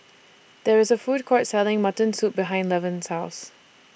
There IS A Food Court Selling Mutton Soup behind Levon's House